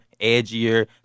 edgier